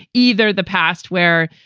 either the past where,